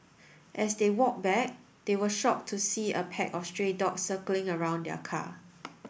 as they walked back they were shocked to see a pack of stray dogs circling around their car